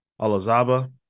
alazaba